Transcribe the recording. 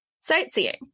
sightseeing